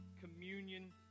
communion